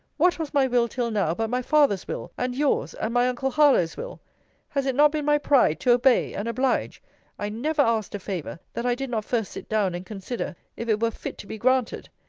what was my will till now, but my father's will, and yours and my uncle harlowe's will has it not been my pride to obey and oblige i never asked a favour, that i did not first sit down and consider, if it were fit to be granted.